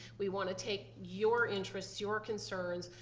we want to take your interests, your concerns,